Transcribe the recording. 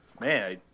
Man